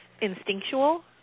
instinctual